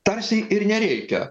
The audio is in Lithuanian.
tarsi ir nereikia